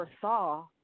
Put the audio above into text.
saw